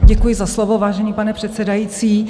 Děkuji za slovo, vážený pane předsedající.